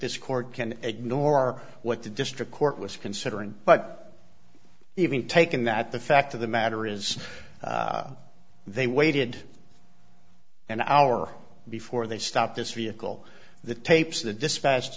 this court can ignore what the district court was considering but even taken that the fact of the matter is they waited an hour before they stopped this vehicle the tapes of the dispatch